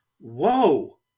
Whoa